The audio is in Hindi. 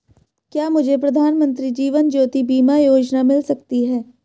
क्या मुझे प्रधानमंत्री जीवन ज्योति बीमा योजना मिल सकती है?